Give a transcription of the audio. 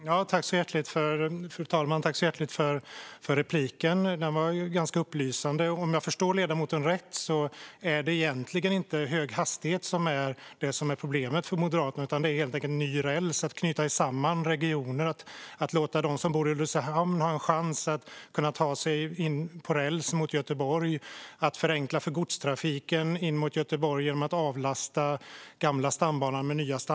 Fru talman! Jag tackar så hjärtligt för svaret. Det var ganska upplysande. Om jag förstår ledamoten rätt är det egentligen inte hög hastighet som är problemet för Moderaterna, utan det är helt enkelt ny räls och att knyta samman regioner - att låta dem som bor i Ulricehamn ha en chans att ta sig på räls till Göteborg, att förenkla för godstrafiken in mot Göteborg genom att avlasta den gamla stambanan med nya banor.